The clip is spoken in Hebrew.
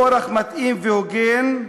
באורח מתאים והוגן,